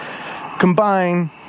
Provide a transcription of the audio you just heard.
combine